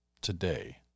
today